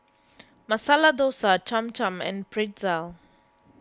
Masala Dosa Cham Cham and Pretzel